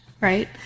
right